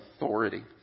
authority